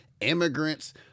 Immigrants